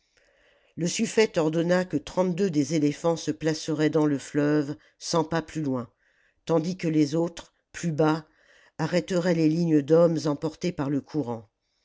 le suffète ordonna que trente-deux des éléî hants se placeraient dans le fleuve cent pas plus oin tandis que les autres plus bas arrêteraient les lignes d'hommes emportées par le courant